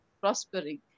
prospering